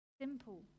simple